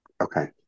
Okay